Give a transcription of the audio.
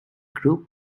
group